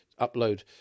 upload